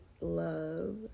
love